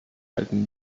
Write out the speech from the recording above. halten